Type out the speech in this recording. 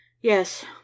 Yes